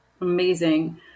Amazing